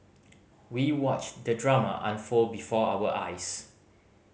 we watched the drama unfold before our eyes